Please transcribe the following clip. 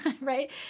right